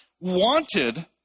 wanted